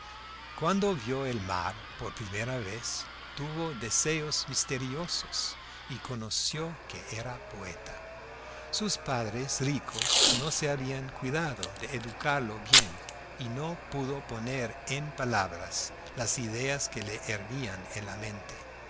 cuando vio el mar por primera vez tuvo deseos misteriosos y conoció que era poeta sus padres ricos no se habían cuidado de educarlo bien y no pudo poner en palabras las ideas que le hervían en la mente